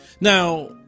Now